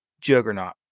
juggernaut